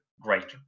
greater